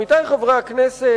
עמיתי חברי הכנסת,